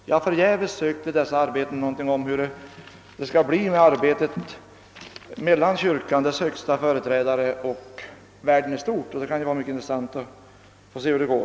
Jag har i dessa arbeten förgäves letat efter besked om hur arbetsfördelningen skall bli mellan kyrkan, dess högsta företrädare och världen i stort. Det kan vara intressant att se hur det går.